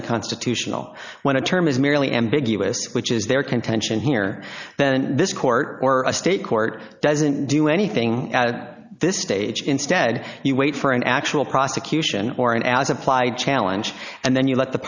unconstitutional when a term is merely ambiguous which is their contention here then and this court or a state court doesn't do anything at this stage instead you wait for an actual prosecution or an as applied challenge and then you let the